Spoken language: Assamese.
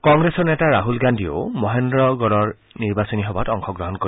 কংগ্ৰেছৰ নেতা ৰাহুল গান্ধীয়েও মহেন্দ্ৰগড়ৰ এখন নিৰ্বাচনী সভাত অংশগ্ৰহণ কৰিব